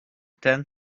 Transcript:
ten